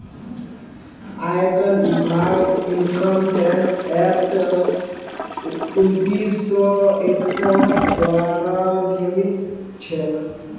आयकर विभाग income tax act उन्नीस सौ इकसठ द्वारा नियमित छेक